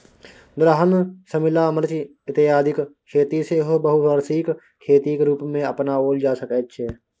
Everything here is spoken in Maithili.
दलहन शिमला मिर्च इत्यादिक खेती सेहो बहुवर्षीय खेतीक रूपमे अपनाओल जा सकैत छै